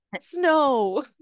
snow